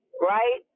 right